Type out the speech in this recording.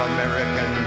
American